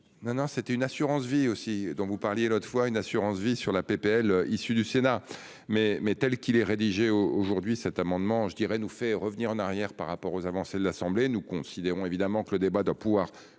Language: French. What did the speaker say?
Non non c'était une assurance vie aussi dont vous parliez l'autre fois, une assurance vie sur la PPL issu du Sénat mais mais telle qu'il est rédigé au aujourd'hui cet amendement je dirais nous fait revenir en arrière par rapport aux avancées de l'Assemblée. Nous considérons évidemment que le débat doit pouvoir